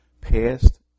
past